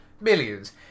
Millions